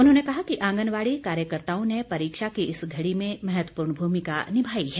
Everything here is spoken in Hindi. उन्होंने कहा कि आंगनबाड़ी कार्यकर्ताओं ने परीक्षा की इस घड़ी में महत्वपूर्ण भूमिका निभाई है